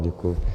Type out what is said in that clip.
Děkuji.